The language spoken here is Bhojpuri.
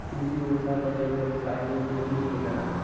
कृषि व्यवसाय क जैव व्यवसाय के रूप में भी देखल जाला